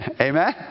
Amen